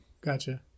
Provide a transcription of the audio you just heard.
gotcha